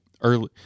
early